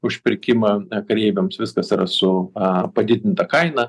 užpirkimą a kareiviams viskas yra su a padidinta kaina